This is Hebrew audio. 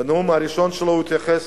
בנאום הראשון שלו הוא התייחס